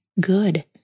good